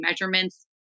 measurements